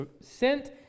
sent